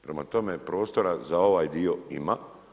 Prema tome prostora za ovaj dio ima.